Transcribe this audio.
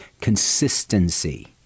Consistency